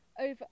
over